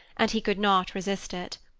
and he could not resist it.